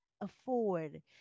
afford